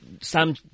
sam